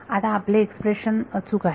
आता आपले एक्सप्रेशन अचूक आहे